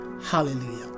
Hallelujah